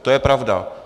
To je pravda.